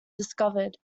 discovered